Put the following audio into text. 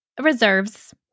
reserves